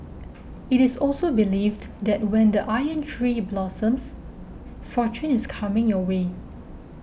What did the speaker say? it is also believed that when the Iron Tree blossoms fortune is coming your way